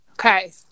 Okay